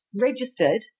registered